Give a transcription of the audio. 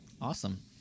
awesome